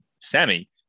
Sammy